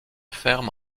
ferme